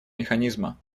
механизма